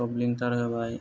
थ'ब लिंथार होबाय